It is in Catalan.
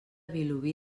vilobí